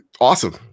awesome